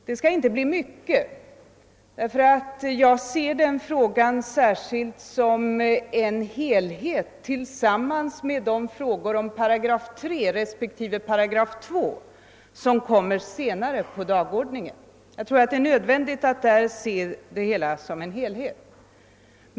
Det skall inte bli mycket — jag tycker nämligen att denna fråga är så intimt förknippad med frågan om § 2 och § 3, som kommer senare på dagordningen, att jag tror att det är nödvändigt att se detta som en helhet.